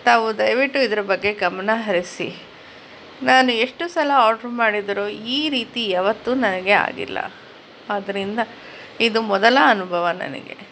ತಾವು ದಯವಿಟ್ಟು ಇದರ ಬಗ್ಗೆ ಗಮನ ಹರಿಸಿ ನಾನು ಎಷ್ಟು ಸಲ ಆರ್ಡ್ರು ಮಾಡಿದರೂ ಈ ರೀತಿ ಯಾವತ್ತೂ ನನಗೆ ಆಗಿಲ್ಲ ಆದ್ದರಿಂದ ಇದು ಮೊದಲ ಅನುಭವ ನನಗೆ